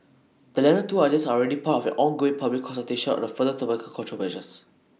the latter two ideas are already part of an ongoing public consultation on the further tobacco control measures